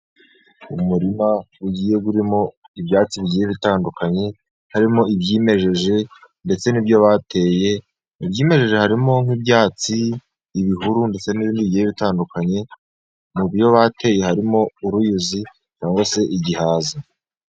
Umurima ugiye urimo ibyatsi bigiye bitandukanye, harimo iby'imejeje ndetse n'ibyo bateye. Ibyimeje harimo nk'ibyatsi ibihuru ndetse n'ibindi bigiye itandukanye mu byo bateye harimo uruyuzi cyangwa se igihaza.